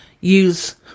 use